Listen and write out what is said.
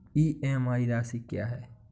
EMI राशि क्या है?